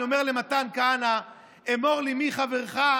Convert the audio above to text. אני אומר למתן כהנא: אמור לי מי חברך,